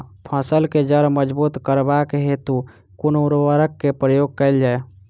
फसल केँ जड़ मजबूत करबाक हेतु कुन उर्वरक केँ प्रयोग कैल जाय?